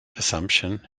assumption